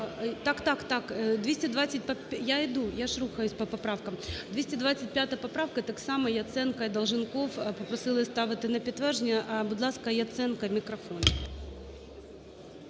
225 поправка. Я іду, я ж рухаюся по поправкам. 225 поправка, так само, Яценко і Долженков попросили ставити на підтвердження. Будь ласка, Яценко мікрофон.